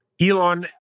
Elon